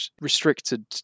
restricted